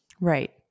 Right